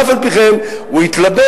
אף על פי כן הוא התלבט,